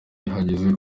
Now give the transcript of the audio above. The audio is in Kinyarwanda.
yibagiwe